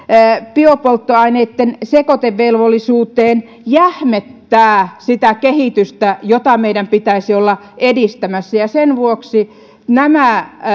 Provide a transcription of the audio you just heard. biopolttoaineitten sekoitevelvollisuuteen jähmettää sitä kehitystä jota meidän pitäisi olla edistämässä sen vuoksi nämä